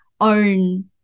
own